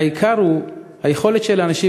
העיקר הוא היכולת של אנשים,